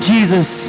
Jesus